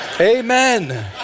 Amen